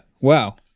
wow